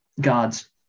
God's